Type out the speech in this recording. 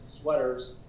sweaters